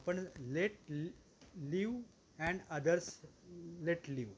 आपण let live and others let live